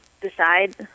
decide